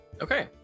Okay